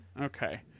Okay